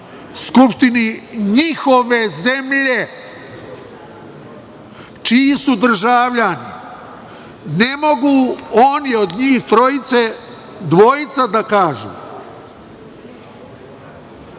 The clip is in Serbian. Skupštini njihove zemlje, čiji su državljani, ne mogu oni od njih trojice dvojica da kažu,